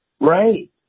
Right